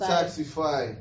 Taxify